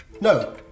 No